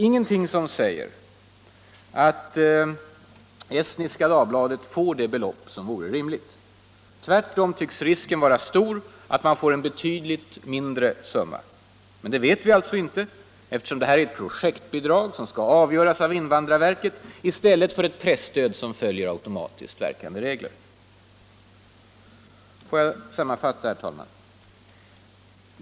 Ingenting säger att Estniska Dagbladet får det belopp som vore rimligt. Tvärtom tycks risken vara stor för att tidningen får en betydligt mindre summa. Men det vet vi inte, eftersom det är fråga om ett projektbidrag som 45 skall avgöras av invandrarverket i stället för ett presstöd som följer automatiskt verkande regler. Låt mig sammanfatta.